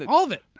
all of it.